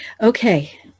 Okay